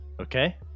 Okay